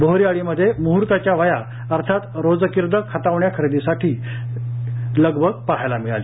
बोहरी आळीमध्ये मुहुर्ताच्या वह्या अर्थात रोजकिर्द खतावण्या खरेदीसाठीची लगबग पाहायला मिळाली